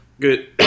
good